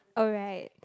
alright